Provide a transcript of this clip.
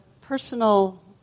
personal